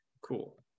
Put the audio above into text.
Cool